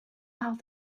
how